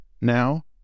Now